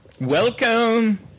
Welcome